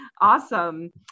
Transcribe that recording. Awesome